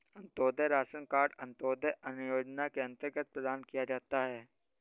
Antyodaya ration card Antyodaya अन्न योजना के अंतर्गत प्रदान किया जाता है